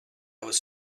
was